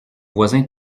voisin